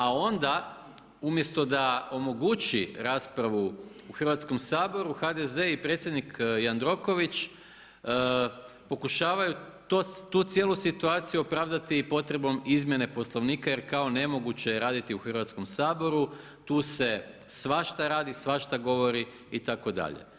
A onda umjesto da omogući raspravu u Hrvatskom saboru, HDZ i predsjednik Jandroković, pokušavao je tu cijelu situaciju opravdati potrebe izmjene Poslovnika, jer kao nemoguće je raditi u Hrvatskom saboru, tu se svašta radi, svašta govori itd.